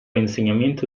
insegnamento